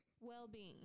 Well-being